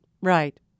Right